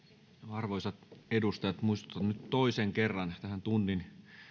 arvoisat edustajat toisen kerran tunnin